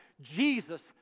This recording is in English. Jesus